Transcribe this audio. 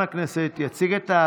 אם כך,